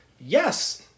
Yes